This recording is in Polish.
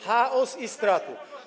Chaos i straty.